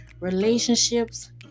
relationships